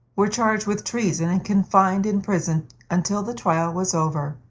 were charged with treason and confined in prison until the trial was over.